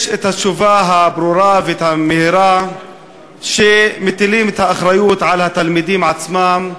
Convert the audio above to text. יש התשובה הברורה והמהירה שמטילה את האחריות על התלמידים עצמם,